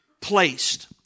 placed